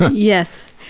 ah yes.